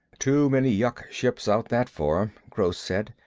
too many yuk ships out that far, gross said.